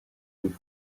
with